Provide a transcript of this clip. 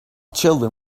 children